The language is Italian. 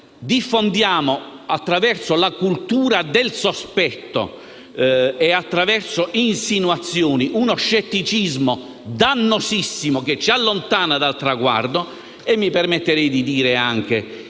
Diffondiamo, attraverso la cultura del sospetto e delle insinuazioni, uno scetticismo dannosissimo che ci allontana dal traguardo. Mi permetterei di dire anche